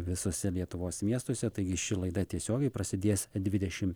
visuose lietuvos miestuose taigi ši laida tiesiogiai prasidės dvidešimt